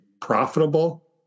profitable